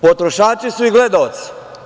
Potrošači su i gledaoci.